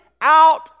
out